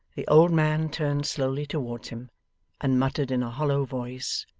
the old man turned slowly towards him and muttered in a hollow voice,